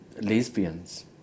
lesbians